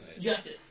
justice